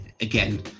Again